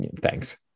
thanks